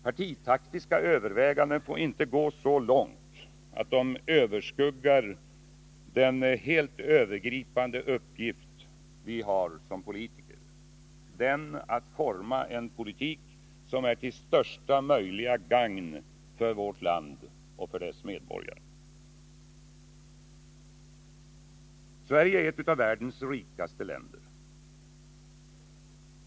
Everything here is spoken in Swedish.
Partitaktiska överväganden får inte gå så långt att de överskuggar den helt övergripande uppgift vi har som politiker: att forma en politik som är till största möjliga gagn för vårt land och dess medborgare. Sverige är ett av världens rikaste länder.